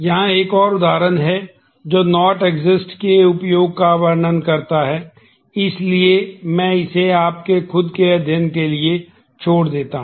यहाँ एक और उदाहरण है जो नाट एग्जिटस के उपयोग का वर्णन करता है इसलिए मैं इसे आपके खुद के अध्ययन के लिए छोड़ देता हूं